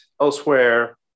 elsewhere